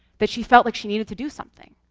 that she felt like she needed to do something.